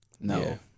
no